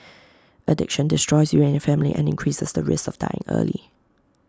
addiction destroys you and your family and increases the risk of dying early